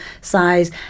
size